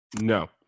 No